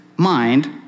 Mind